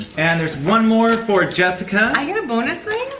and there's one more for jessica. i get a bonus thing,